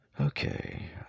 Okay